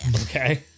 Okay